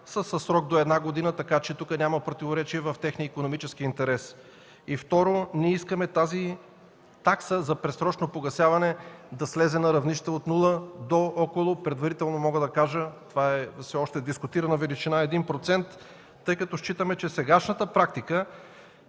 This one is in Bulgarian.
са със срок до една година, така че тук няма противоречие в техния икономически интерес. И второ, ние искаме тази такса за предсрочно погасяване да слезе на равнището от нула до около 1% – предварително мога да кажа. Това е все още дискутирана величина, тъй като считаме, че сегашната практика,